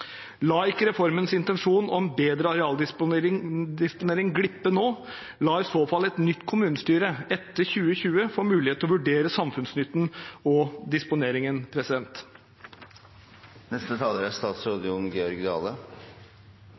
La ikke reformens intensjon om bedre arealdisponering glippe nå. La i så fall et nytt kommunestyre etter 2020 få muligheten til å vurdere samfunnsnytten og disponeringen.